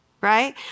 right